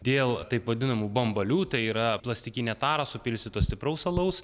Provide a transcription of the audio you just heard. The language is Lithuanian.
dėl taip vadinamų bambalių tai yra plastikinę tarą supilstyto stipraus alaus